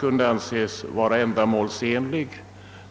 kunde anses vara ändamålsenlig.